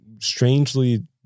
strangely